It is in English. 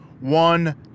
one